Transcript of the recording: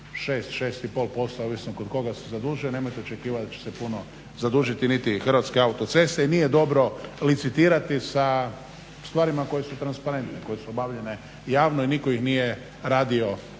6, 6,5% ovisno kod koga se zadužuje, nemojte očekivati da će se puno zadužiti niti Hrvatske autoceste. I nije dobro licitirati sa stvarima koje su transparente, koje su obavljene javno i niko ih nije radio